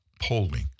polling